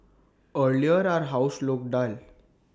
earlier our house looked dull